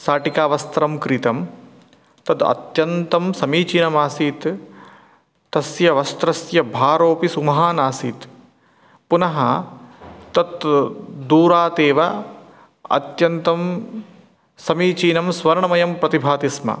शाटिकावस्त्रं क्रीतं तद् अत्यन्तं समीचीनमासीत् तस्य वस्त्रस्य भारोपि सुमहान् आसीत् पुनः तत् दूरातेव अत्यन्तं समीचीनं स्वर्णमयं प्रतिभाति स्म